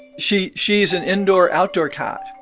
she she is an indoor-outdoor cat.